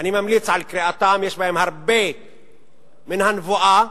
אני ממליץ על קריאתם, יש בהם הרבה מן הנבואה,